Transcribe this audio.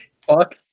Fuck